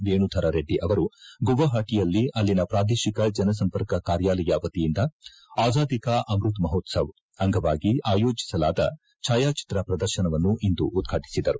ವೇಣುಧರ್ ರೆಡ್ಡಿ ಅವರು ಗುವಹಾಟಿಯಲ್ಲಿ ಅಲ್ಲಿನ ಪ್ರಾದೇಹಿ ಜನಸಂಪರ್ಕ ಕಾರ್ಯಾಲಯ ವತಿಯಿಂದ ಅಜಾದಿ ಕಿ ಅಮೃತ್ ಮಹೋತ್ಸವ್ದ ಅಂಗವಾಗಿ ಆಯೋಜಿಸಲಾದ ಭಾಯಾಚಿತ್ರ ಪ್ರದರ್ಶನವನ್ನು ಇಂದು ಉದ್ಘಾಟಿಸಿದರು